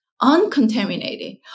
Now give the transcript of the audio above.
uncontaminated